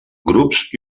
grups